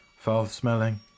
Foul-smelling